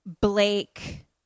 Blake